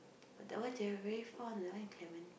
but that one they are very far that one clementi